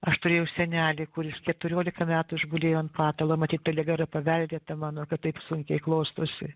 aš turėjau senelį kuris keturiolika metų išgulėjo ant patalo matyt ta liga yra paveldėta mano kad taip sunkiai klostosi